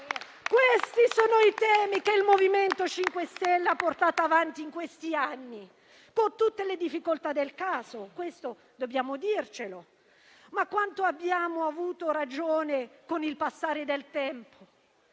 Questi sono i temi che il MoVimento 5 Stelle ha portato avanti in questi anni, con tutte le difficoltà del caso - questo dobbiamo dircelo - ma quanto abbiamo avuto ragione con il passare del tempo?